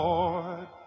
Lord